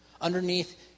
Underneath